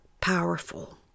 powerful